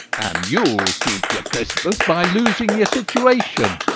and you'll keep your christmas by losing your situation!